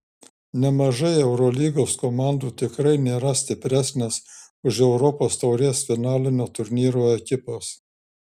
nemažai eurolygos komandų tikrai nėra stipresnės už europos taurės finalinio turnyro ekipas